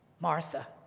Martha